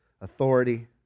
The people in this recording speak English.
authority